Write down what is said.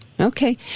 Okay